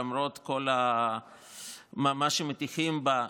למרות כל מה שמטיחים בה,